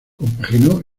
compaginó